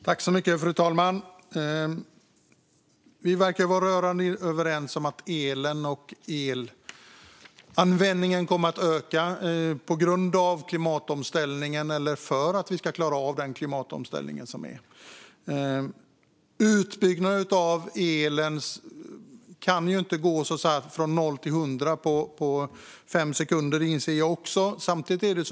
Fru talman! Vi verkar vara rörande överens om att elanvändningen kommer att öka på grund av klimatomställningen. Utbyggnaden av elen kan inte gå från noll till hundra på fem sekunder. Det inser även jag.